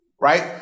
right